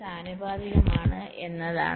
ആനുപാതികമാണ് എന്നതാണ്